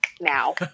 now